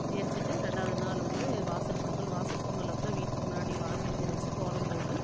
எரிச்சிவிட்டு ரெண்டாவது நாள் வந்து வாசல் பொங்கல் வாசல் பொங்கல் அப்போ வீட்டுக்கு முன்னாடி வாசல் தெளிச்சு கோலம் போட்டு